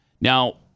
Now